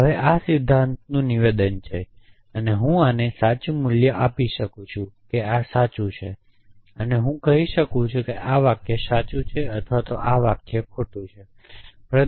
હવે આ સિદ્ધાંતનું નિવેદન છે હું આને સાચું મૂલ્ય આપી શકું છું કે આ સાચું છે આ હું કહી શકું કે આ સાચું વાક્ય છે અથવા આ ખોટું વાક્ય છે